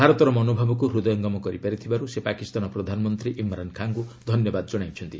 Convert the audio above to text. ଭାରତର ମନଭାବକୁ ହୂଦୟଙ୍ଗମ କରିଥିବାରୁ ସେ ପାକିସ୍ତାନ ପ୍ରଧାନମନ୍ତ୍ରୀ ଇମ୍ରାନ୍ ଖାଁଙ୍କୁ ଧନ୍ୟବାଦ ଜଣାଇଛନ୍ତି